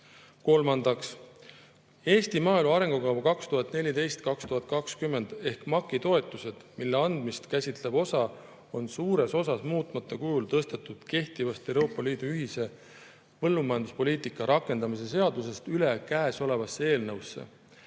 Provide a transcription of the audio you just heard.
Kolmandaks, "Eesti maaelu arengukava 2014–2020" ehk MAK‑i toetused, mille andmist käsitlev osa on suures osas muutmata kujul tõstetud kehtivast Euroopa Liidu ühise põllumajanduspoliitika rakendamise seadusest üle käesolevasse eelnõusse.